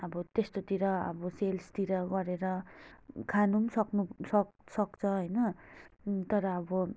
अब त्यस्तोतिर अब सेल्सतिर गरेर खानु पनि सक्नु सक सक्छ होइन तर अब